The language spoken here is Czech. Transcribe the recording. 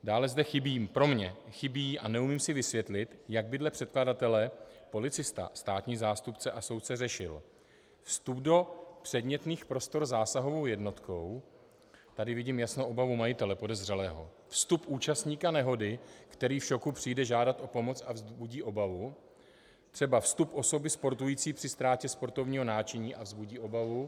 Dále zde chybí, pro mě, a neumím si vysvětlit, jak by podle předkladatele policista, státní zástupce a soudce řešil vstup do předmětných prostor zásahovou jednotkou tady vidím jasnou obavu majitele, podezřelého, vstup účastníka nehody, který v šoku přijde žádat o pomoc a budí obavu, třeba vstup osoby sportující při ztrátě sportovního náčiní a vzbudí obavu.